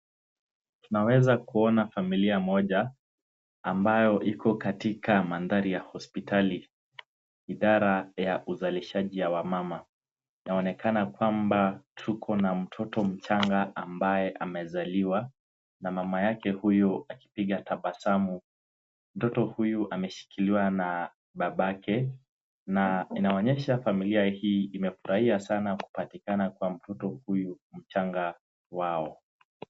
Tunaweza kuona familia moja ambayo iko katika mandhari ya hospitali, idara ya uzalishaji ya wamama. Inaonekana kwamba tuko na mtoto mchanga ambaye amezaliwa na mama yake huyu akipiga tabasamu. Mtoto huyu ameshikiliwa na babake na inaonyesha familia hii imefurahia sana kupatikana kwa mtoto huyu mchanga wao.